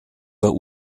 war